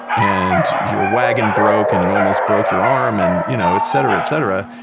and your wagon broke, and you almost broke your arm, and you know, et cetera et cetera.